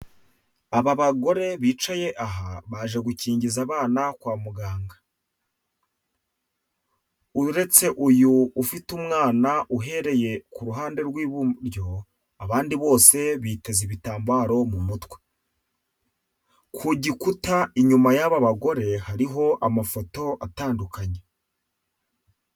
Aba bagore bicaye aha baje gukingiza abana kwa muganga. Uretse uyu ufite umwana uhereye ku ruhande rw'iburyo abandi bose biteze ibitambaro mu mutwe. Ku gikuta inyuma y'aba bagore hariho amafoto atandukanye.